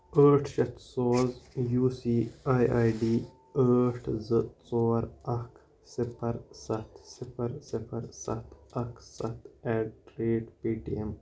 ٲٹھ شیٚتھ سوز U C I I D ٲٹھ زٕ ژور اکھ صِفر سَتھ صِفر صِفر سَتھ اکھ سَتھ at the rate pay T M